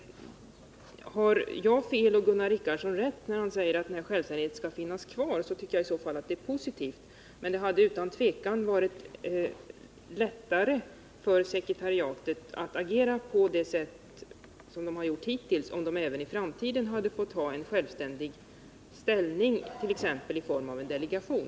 Har jag fel och Gunnar Richardson rätt när han säger att självständigheten skall finnas kvar, tycker jag det är positivt. Men det hade utan tvivel varit lättare för sekretariatet att agera på det sätt det gjort hittills om det även i framtiden fått ha en självständig ställning, t.ex. i form av en delegation.